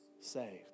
saved